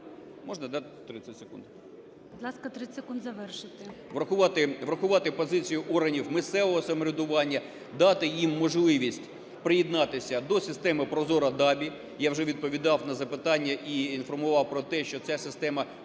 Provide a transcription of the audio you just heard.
…врахувати позицію органів місцевого самоврядування, дати їм можливість приєднатися до системи "Прозора ДАБІ". Я вже відповідав на запитання і інформував про те, що ця система фактично